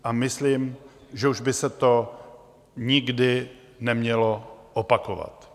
A myslím, že už by se to nikdy nemělo opakovat.